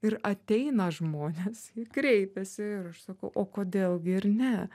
ir ateina žmonės ir kreipiasi ir aš sakau o kodėl gi ir ne